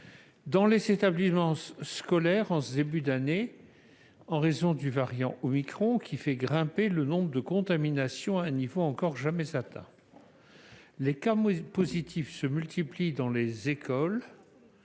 dans les établissements scolaires en ce début d'année, en raison du variant omicron, qui fait bondir le nombre de contaminations à un niveau encore jamais atteint. Les cas positifs se multiplient dans les écoles